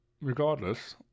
regardless